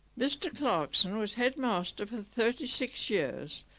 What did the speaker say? mr clarkson was headmaster for thirty six years,